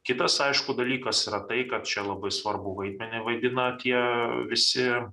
kitas aišku dalykas yra tai kad čia labai svarbų vaidmenį vaidina tie visi